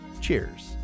cheers